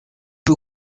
peu